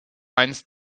einst